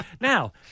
Now